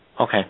Okay